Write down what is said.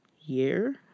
year